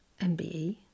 MBE